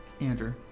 Andrew